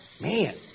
man